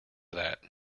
that